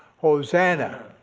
hosanna,